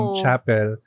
chapel